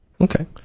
Okay